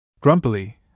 Grumpily